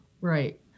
right